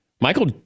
Michael